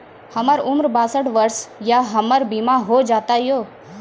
हमर उम्र बासठ वर्ष या हमर बीमा हो जाता यो?